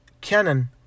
Canon